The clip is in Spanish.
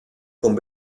con